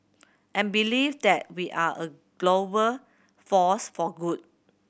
and believe that we are a global force for good